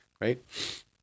right